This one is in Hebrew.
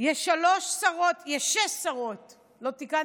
יש שלוש שרות, יש שש שרות, לא תיקנתם,